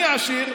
אני, העשיר,